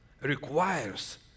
requires